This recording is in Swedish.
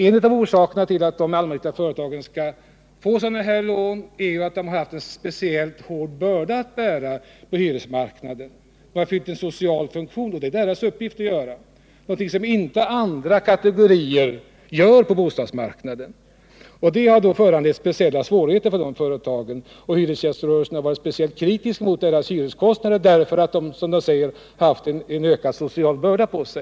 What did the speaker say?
En av orsakerna till att de allmännyttiga företagen skall ha möjlighet att få sådana lån är att de haft en speciellt hård börda att bära på hyresmarknaden. De har fyllt en social funktion, och det är också deras uppgift — en uppgift som inte andra kategorier på bostadsmarknaden fullgör. Detta har föranlett speciella svårigheter för de allmännyttiga företagen, och hyresgäströrelsen har varit speciellt kritisk mot deras hyreskostnader därför att de, som man säger, haft en speciell börda att bära.